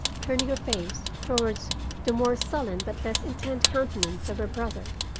turning her face towards the more sullen but less intent countenance of her brother,